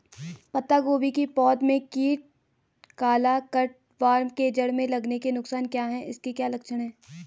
पत्ता गोभी की पौध में काला कीट कट वार्म के जड़ में लगने के नुकसान क्या हैं इसके क्या लक्षण हैं?